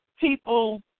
people